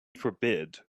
forbid